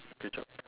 good job